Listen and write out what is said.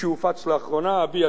אביע שוב את דעתי בעניין זה,